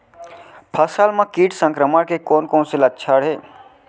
फसल म किट संक्रमण के कोन कोन से लक्षण हे?